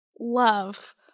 love